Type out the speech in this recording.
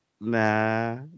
Nah